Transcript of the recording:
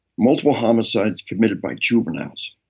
multiple homicides committed by juveniles,